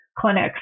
clinics